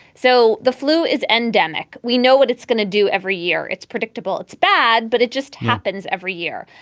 so the flu is endemic. we know what it's going to do every year. it's predictable. it's bad, but it just happens every year.